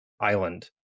island